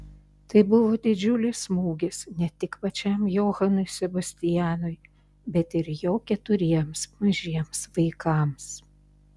tai buvo didžiulis smūgis ne tik pačiam johanui sebastianui bet ir jo keturiems mažiems vaikams